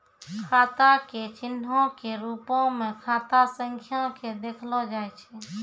खाता के चिन्हो के रुपो मे खाता संख्या के देखलो जाय छै